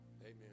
Amen